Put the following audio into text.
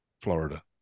Florida